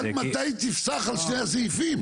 עד מתי תפסח על שני הסעיפים?